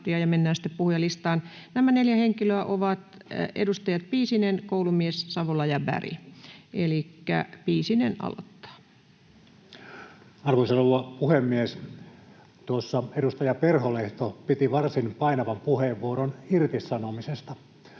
sitten puhujalistaan. Nämä neljä henkilöä ovat edustajat Piisinen, Koulumies, Savola ja Berg. — Elikkä Piisinen aloittaa. Arvoisa rouva puhemies! Tuossa edustaja Perholehto piti varsin painavan puheenvuoron irtisanomisesta.